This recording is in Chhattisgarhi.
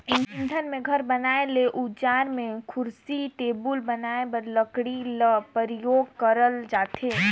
इंधन में, घर बनाए में, अउजार में, कुरसी टेबुल बनाए में लकरी ल परियोग करल जाथे